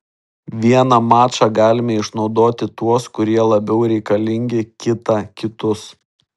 vieną mačą galime išnaudoti tuos kurie labiau reikalingi kitą kitus